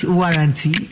warranty